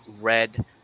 red